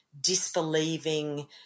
Disbelieving